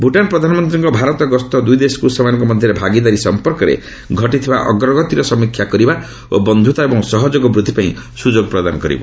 ଭୁଟାନ ପ୍ରଧାନମନ୍ତ୍ରୀଙ୍କ ଭାରତ ଗସ୍ତ ଦୁଇଦେଶକୁ ସେମାନଙ୍କ ମଧ୍ୟରେ ଭାଗିଦାରୀ ସଫପର୍କରେ ଘଟିଥିବା ଅଗ୍ରଗତିର ସମୀକ୍ଷା କରିବା ଓ ବନ୍ଧୁତା ଏବଂ ସହଯୋଗ ବୃଦ୍ଧି ପାଇଁ ସୁଯୋଗ ପ୍ରଦାନ କରିବ